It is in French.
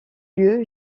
lieu